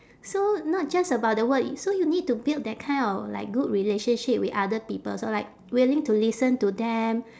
so not just about the work i~ so you need to build that kind of like good relationship with other people so like willing to listen to them